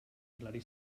hilari